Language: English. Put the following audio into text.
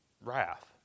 wrath